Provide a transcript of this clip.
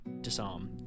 disarm